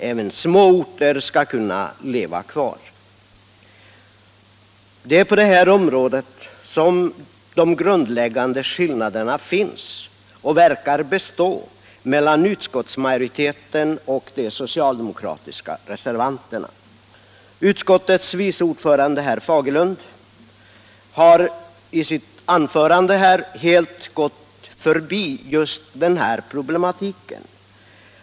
Även små orter skall kunna leva kvar. Det är på det här området de grundläggande skillnaderna finns och verkar att bestå mellan utskottsmajoriteten och de socialdemokratiska reservanterna. Utskottets vice ordförande, herr Fagerlund, har i sitt an förande helt gått förbi just den här problematiken.